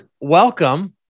welcome